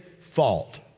fault